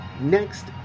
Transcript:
next